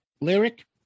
lyric